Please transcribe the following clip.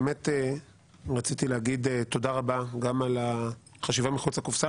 באמת רציתי להגיד תודה רבה גם על החשיבה מחוץ לקופסה.